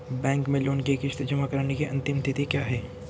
Bank में loan की किश्त जमा कराने की अंतिम तिथि क्या है?